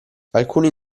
alcuni